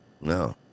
No